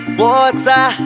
water